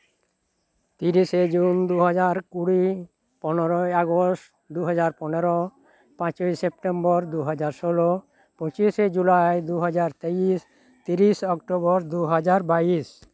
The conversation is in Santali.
ᱛᱤᱨᱤᱥᱮ ᱡᱩᱱ ᱫᱩ ᱦᱟᱡᱟᱨ ᱠᱩᱲᱤ ᱯᱚᱱᱮᱨᱳᱭ ᱟᱜᱚᱥᱴ ᱫᱩᱦᱟᱨ ᱯᱚᱱᱮᱨᱚ ᱯᱟᱸᱪᱳᱭ ᱥᱮᱯᱴᱮᱢᱵᱚᱨ ᱫᱩ ᱦᱟᱡᱟᱨ ᱥᱳᱞᱞᱳ ᱯᱚᱸᱪᱤᱥᱮ ᱡᱩᱞᱟᱭ ᱫᱩ ᱦᱟᱡᱟᱨ ᱛᱮᱭᱤᱥ ᱛᱤᱨᱤᱥ ᱚᱠᱴᱳᱵᱚᱨ ᱫᱩ ᱦᱟᱡᱟᱨ ᱵᱟᱭᱤᱥ